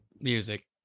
Music